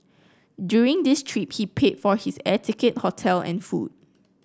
during this trip he paid for his air ticket hotel and food